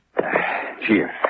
Cheers